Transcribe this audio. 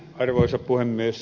arvoisa puhemies